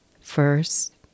First